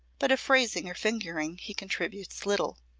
but of phrasing or fingering he contributes little.